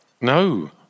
No